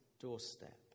doorstep